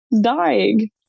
dying